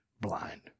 blind